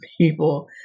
people